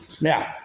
now